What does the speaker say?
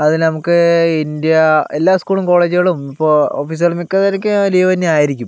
അതിൽ നമുക്ക് ഇന്ത്യ എല്ലാ സ്കൂളും കോളേജുകളും ഇപ്പോൾ ഓഫീസുകളും മിക്കവർക്കും ലീവ് തന്നെ ആയിരിക്കും